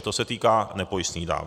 To se týká nepojistných dávek.